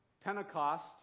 Pentecost